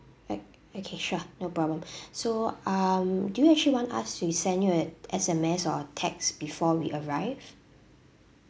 o~ okay sure no problem so um do you actually want us to send you a S_M_S or text before we arrive